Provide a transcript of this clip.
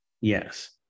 Yes